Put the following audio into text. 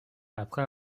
après